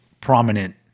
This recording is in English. prominent